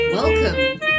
Welcome